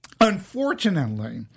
Unfortunately